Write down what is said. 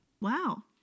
Wow